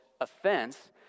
offense